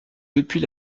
depuis